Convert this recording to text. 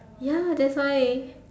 ya that's why